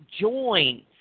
join